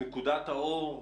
נקודת האור,